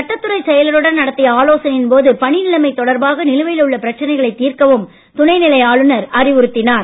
சட்டத்துறைச் செயலருடன் நடத்திய ஆலோசனையின் போது பணி நிலைமை தொடர்பாக நிலுவையில் உள்ள பிரச்சனைகளைத் தீர்க்கவும் துணைநிலை ஆளுனர் அறிவுறுத்தினார்